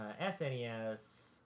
SNES